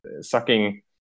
sucking